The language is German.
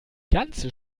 ganze